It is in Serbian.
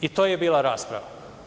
I to je bila rasprava.